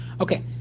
Okay